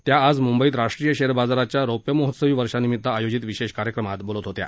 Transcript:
त्या आज म्ंबईत राष्ट्रीय शेअर बाजाराच्या रौप्य महोत्सवी वर्षानिमित आयोजित विशेष कार्यक्रमात बोलत होत्या